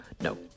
No